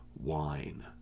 wine